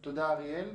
תודה, אריאל.